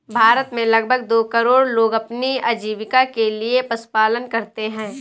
भारत में लगभग दो करोड़ लोग अपनी आजीविका के लिए पशुपालन करते है